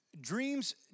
Dreams